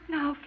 now